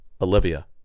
Olivia